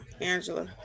Angela